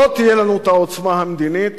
לא יהיו לנו העוצמה המדינית